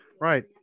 Right